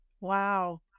Wow